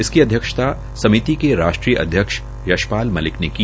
इसकी अध्यक्षता समिति के राष्ट्रीय अध्यक्ष यशपाल मलिक ने की